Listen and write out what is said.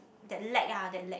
that lack ah that lack